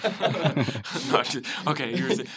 Okay